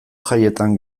jaietan